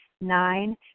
Nine